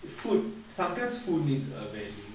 food sometimes food needs a value